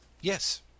Yes